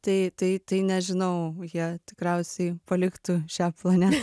tai tai tai nežinau jie tikriausiai paliktų šią planetą